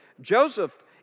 Joseph